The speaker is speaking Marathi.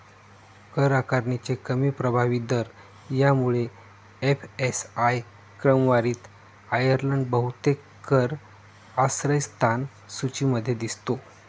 कर आकारणीचे कमी प्रभावी दर यामुळे एफ.एस.आय क्रमवारीत आयर्लंड बहुतेक कर आश्रयस्थान सूचीमध्ये दिसतो